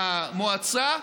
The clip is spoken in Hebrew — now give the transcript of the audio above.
המועצה,